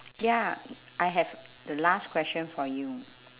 ya I have the last question for you